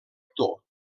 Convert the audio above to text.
actor